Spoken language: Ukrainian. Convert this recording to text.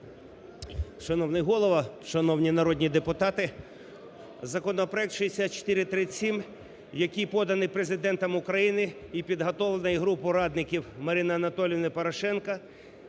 Шановний Голово, шановні народні депутати, законопроект 6437, який поданий Президентом України і підготовлений групою радників Марини Анатолівни Порошенко,